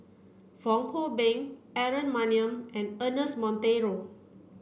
Fong Hoe Beng Aaron Maniam and Ernest Monteiro